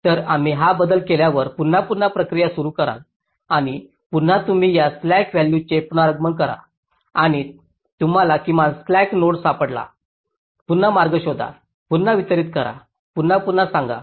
तर तुम्ही हा बदल केल्यावर पुन्हा पुन्हा प्रक्रिया सुरू कराल आणि पुन्हा तुम्ही या स्लॅक व्हॅल्यूजचे पुनर्गणन करा आणि तुम्हाला किमान स्लॅक नोड सापडला पुन्हा मार्ग शोधा पुन्हा वितरित करा पुन्हा पुन्हा सांगा